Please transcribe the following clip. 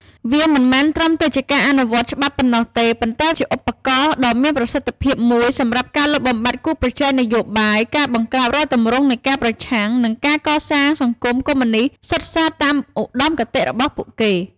វាមិនមែនត្រឹមតែជាការអនុវត្តច្បាប់ប៉ុណ្ណោះទេ ប៉ុន្តែជាឧបករណ៍ដ៏មានប្រសិទ្ធភាពមួយសម្រាប់ការលុបបំបាត់គូប្រជែងនយោបាយ ការបង្ក្រាបរាល់ទម្រង់នៃការប្រឆាំង និងការកសាងសង្គមកុម្មុយនិស្តសុទ្ធសាធតាមឧត្តមគតិរបស់ពួកគេ។